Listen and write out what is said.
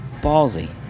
ballsy